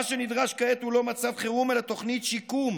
מה שנדרש כעת הוא לא מצב חירום אלא תוכנית שיקום: